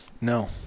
no